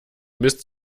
mist